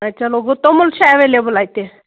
اَ چلو گوٚو توٚمُل چھِ اٮ۪ویلیبٕل اَتہِ